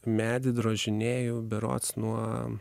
medį drožinėju berods nuo